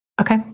Okay